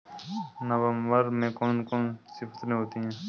नवंबर में कौन कौन सी फसलें होती हैं?